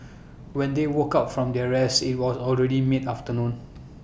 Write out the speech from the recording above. when they woke up from their rest IT was already mid afternoon